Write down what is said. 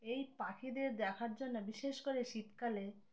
এই পাখিদের দেখার জন্য বিশেষ করে শীতকালে